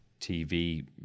TV